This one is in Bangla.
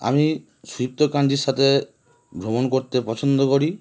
আমি সুদীপ্ত কাঞ্জির সাথে ভ্রমণ করতে পছন্দ করি